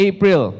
April